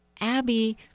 Abby